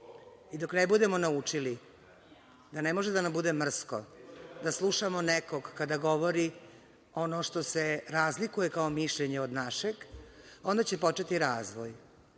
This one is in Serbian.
Dok ne budemo naučili da ne može da nam bude mrsko da slušamo nekog kada govori ono što se razlikuje kao mišljenje od našeg, onda će početi razvoj.